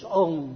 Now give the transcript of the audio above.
own